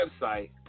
website